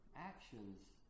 actions